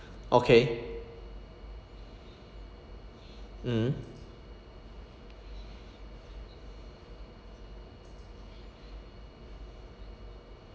okay mm